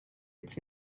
its